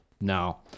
No